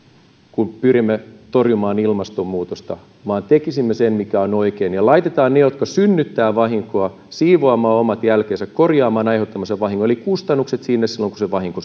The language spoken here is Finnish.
kun pyrimme torjumaan ilmastonmuutosta vaan tekisimme sen mikä on oikein laitetaan ne jotka synnyttävät vahinkoa siivoamaan omat jälkensä korjaamaan aiheuttamansa vahingon eli kustannukset sinne silloin kun se vahinko